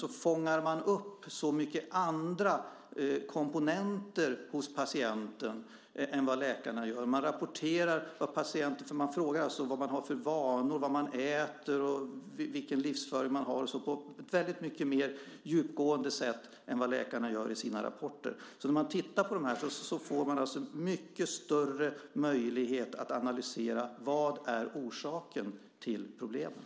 Man fångar upp så mycket andra komponenter hos patienten än vad läkarna gör. Man frågar vad patienterna har för vanor, vad de äter och vilken livsföring de har. Man gör det på ett mycket mer djupgående sätt än vad läkarna gör i sina rapporter. När man tittar på de här får man alltså mycket större möjlighet att analysera orsaken till problemen.